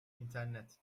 i̇nternet